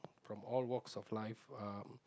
from all walks of life uh